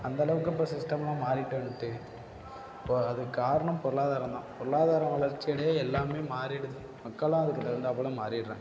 அந்தளவுக்கு இப்போ சிஸ்டம்லாம் மாறிகிட்டு வந்துட்டு இப்போது அதுக்கு காரணம் பொருளாதாரம்தான் பொருளாதாரம் வளர்ச்சியடைய எல்லாமே மாறிவிடுது மக்களும் அதுக்கு தகுந்தாப்புல மாறிவிடுறாங்க